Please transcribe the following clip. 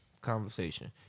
conversation